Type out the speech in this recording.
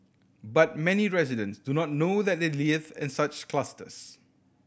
but many residents do not know that they live in such clusters